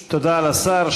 תודה לשר.